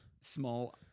small